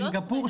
בסינגפור,